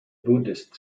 buddhist